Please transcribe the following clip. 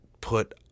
put